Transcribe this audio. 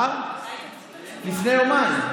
לפני יומיים.